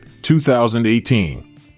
2018